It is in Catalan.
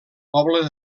poble